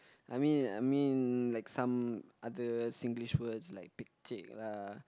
I mean I mean like some other Singlish words like pekchek lah